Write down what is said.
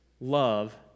love